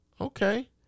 Okay